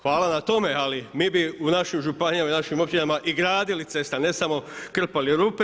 Hvala na tome ali mi bi u našim županijama i našim općinama i gradili ceste a ne samo krpali rupe.